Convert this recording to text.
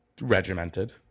regimented